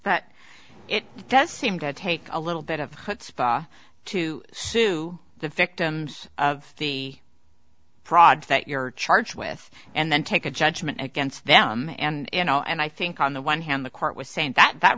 but it does seem to take a little bit of chutzpah to sue the victims of the products that you're charged with and then take a judgment against them and go and i think on the one hand the court was saying that that